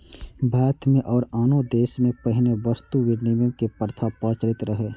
भारत मे आ आनो देश मे पहिने वस्तु विनिमय के प्रथा प्रचलित रहै